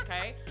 okay